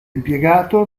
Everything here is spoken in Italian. impiegato